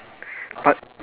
but